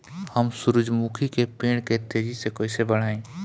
हम सुरुजमुखी के पेड़ के तेजी से कईसे बढ़ाई?